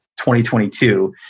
2022